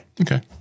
Okay